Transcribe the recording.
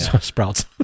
Sprouts